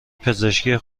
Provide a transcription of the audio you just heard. پزشکی